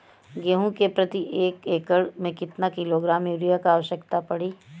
गेहूँ के प्रति एक एकड़ में कितना किलोग्राम युरिया क आवश्यकता पड़ी?